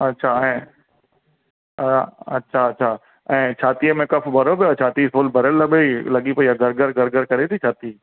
अच्छा ऐं अच्छा अच्छा ऐं छातीअ में कफ भरियो पियो आहे छाती फुल भरियलु पई लॻी पई आहे घर घर घर घर करे थी छाती